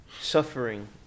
suffering